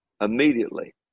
immediately